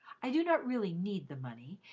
i do not really need the money,